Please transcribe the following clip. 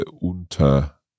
unter